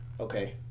Okay